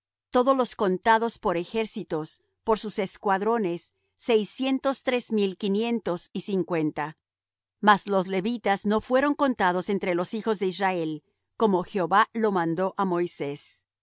todos los contados por ejércitos por sus escuadrones seiscientos tres mil quinientos y cincuenta mas los levitas no fueron contados entre los hijos de israel como jehová lo mandó á moisés